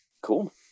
Cool